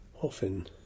Often